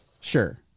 Sure